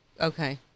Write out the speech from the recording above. Okay